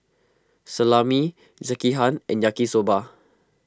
Salami Sekihan and Yaki Soba